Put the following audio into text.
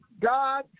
God